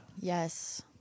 Yes